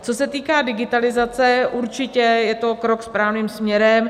Co se týká digitalizace, určitě je to krok správným směrem.